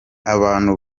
abantu